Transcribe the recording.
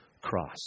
cross